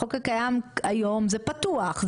בחוק הקיים היום זה פתוח,